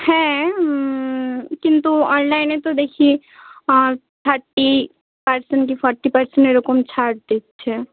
হ্যাঁ কিন্তু অনলাইনে তো দেখি থার্টি পার্সেন্ট কী ফর্টি পার্সেন্ট এরকম ছাড় দিচ্ছে